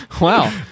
Wow